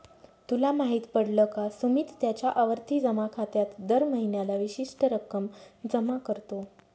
तुला माहित पडल का? सुमित त्याच्या आवर्ती जमा खात्यात दर महीन्याला विशिष्ट रक्कम जमा करतो